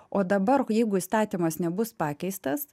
o dabar jeigu įstatymas nebus pakeistas